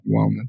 wellness